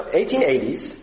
1880s